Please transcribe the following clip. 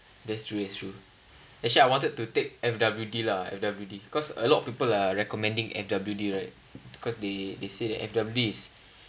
that's true that's true actually I wanted to take F_W_D lah F_W_D because a lot of people are recommending F_W_D right because they they say that F_W_D is